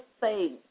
say